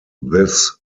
this